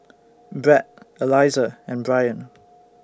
Bret Eliza and Bryon